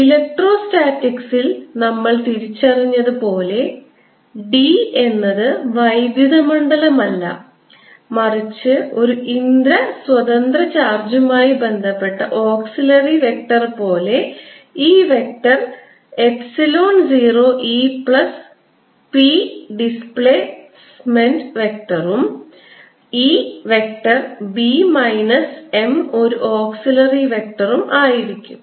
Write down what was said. ഇലക്ട്രോസ്റ്റാറ്റിക്സിൽ നമ്മൾ തിരിച്ചറിഞ്ഞതുപോലെ D എന്നത് വൈദ്യുത മണ്ഡലമല്ല മറിച്ച് ഒരു ഇന്ദ്ര സ്വതന്ത്ര ചാർജുമായി ബന്ധപ്പെട്ട ഓക്സിലിയറി വെക്റ്റർ പോലെ ഈ vector epsilon 0 E plus P displacement വെക്റ്ററും ഈ വെക്റ്റർ B മൈനസ് M ഒരു ഓക്സിലിയറി വെക്റ്ററും ആയിരിക്കും